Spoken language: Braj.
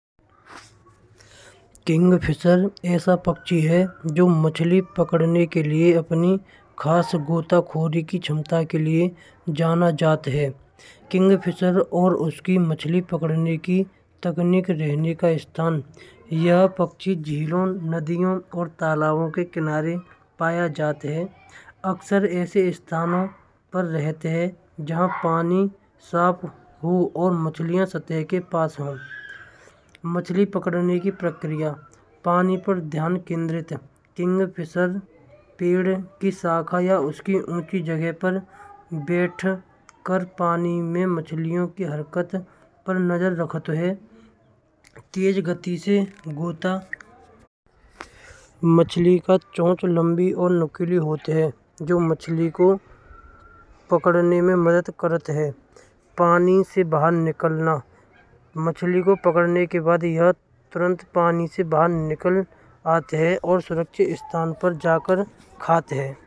किंगफिशर ऐसा पक्षी है जो मछली पकड़ने के लिए अपनी खास गोताखोरी की क्षमता के लिए जाना जातो है। किंगफिशर और उसकी मछली पकड़ने की ताकत रहने का स्थान यह पक्षी जीवन नदियाँ और तालाबों के किनारे पाया जाता है। अक्सर ऐसे स्थान पर रहते हैं। जहाँ पानी साफ हो और मछलियाँ सतह के पास हों। मछली पकड़ने की प्रक्रिया पानी पर ध्यान केंद्रित पेड़ की शाखा या उसकी मन की जगह पर बैठकर पानी में मछलियों की हरकतें पर नजर रखत है। तेज गति से गोता: मछली का चोंच लंबी और नुकीली होत हैं। जो मछली को पकड़ने में मदद करत है। पानी से बाहर निकलना। मछली को पानी से निकालने के बाद यह तुरंत निकल आती है। और सुरक्षित स्थान पर जाकर खात है।